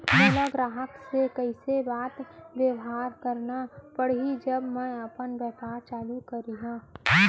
मोला ग्राहक से कइसे बात बेवहार करना पड़ही जब मैं अपन व्यापार चालू करिहा?